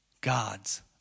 God's